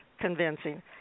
convincing